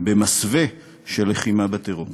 במסווה של לחימה בטרור.